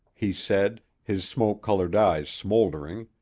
he said, his smoke-colored eyes smouldering.